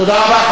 תודה רבה.